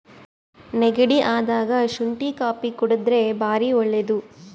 ನೆಗಡಿ ಅದಾಗ ಶುಂಟಿ ಕಾಪಿ ಕುಡರ್ದೆ ಬಾರಿ ಒಳ್ಳೆದು